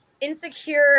insecure